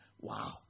wow